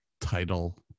title